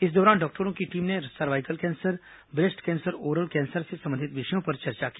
इस दौरान डॉक्टरों की टीम ने cervical cancer breast cancer oral cancer से संबंधित विषयो पर चर्चा की